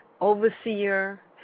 overseer